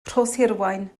rhoshirwaun